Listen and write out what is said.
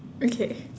okay